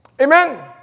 amen